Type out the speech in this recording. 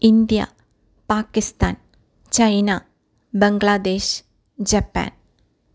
India Pakistan China Bangladesh Japan